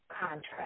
contract